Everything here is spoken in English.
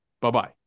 Bye-bye